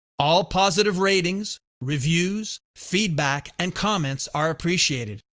all positive ratings, reviews, feedback and comments are appreciated,